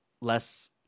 less